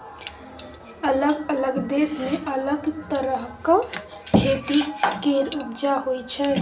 अलग अलग देश मे अलग तरहक खेती केर उपजा होइ छै